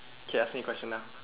okay ask me a question now